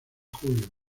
julio